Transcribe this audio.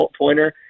pointer